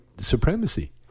supremacy